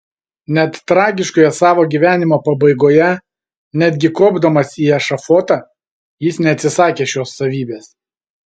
net tragiškoje savo gyvenimo pabaigoje netgi kopdamas į ešafotą jis neatsisakė šios savybės